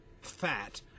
fat